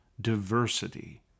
diversity